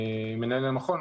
מנהל המכון,